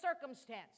circumstance